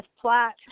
Platt